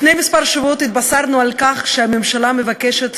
לפני כמה שבועות התבשרנו שהממשלה מבקשת